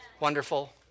Wonderful